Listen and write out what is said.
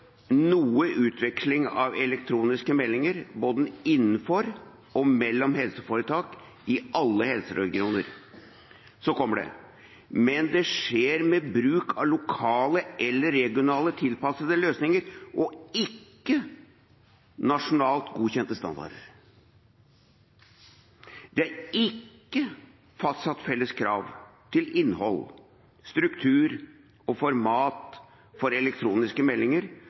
noe utveksling av elektroniske meldinger både innenfor og mellom helseforetak i alle helseregioner,» – og så kommer det: – «men dette skjer med bruk av lokalt eller regionalt tilpassede løsninger og ikke nasjonalt godkjente standarder. Det er ikke fastsatt felles krav til innhold, struktur og format for elektroniske meldinger